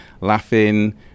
laughing